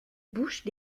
bouches